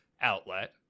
outlet